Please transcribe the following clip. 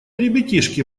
ребятишки